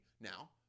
now